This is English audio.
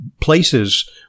places